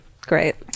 great